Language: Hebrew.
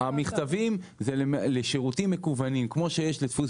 אני הולך לדואר